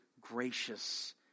gracious